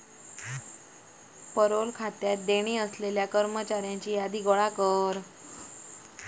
payroll खात्यात देणी असलेल्या कर्मचाऱ्यांची यादी गोळा कर